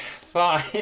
Fine